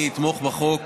אני אתמוך בחוק,